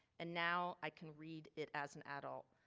and now i can read it as an adult,